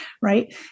right